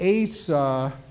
Asa